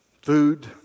food